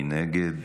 מי נגד?